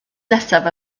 nesaf